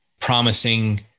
promising